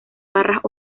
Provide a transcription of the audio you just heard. barras